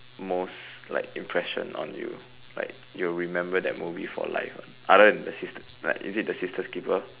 most like impression on you like you will remember that movie for life one other than the sister like is it the sister's keeper